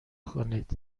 کنید